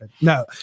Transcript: no